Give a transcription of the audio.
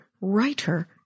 writer